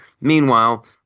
Meanwhile